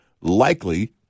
likely